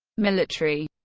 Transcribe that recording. military